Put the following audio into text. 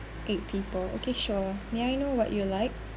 eight people okay sure may I know what you'll like